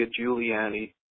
Giuliani